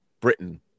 Britain